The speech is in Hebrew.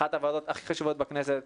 אחת הוועדות הכי חשובות בכנסת.